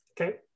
okay